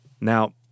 Now